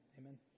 Amen